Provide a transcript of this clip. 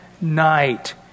night